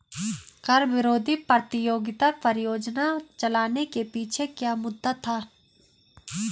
कर विरोधी प्रतियोगिता परियोजना चलाने के पीछे क्या मुद्दा था?